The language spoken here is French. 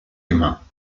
humain